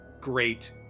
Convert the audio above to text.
great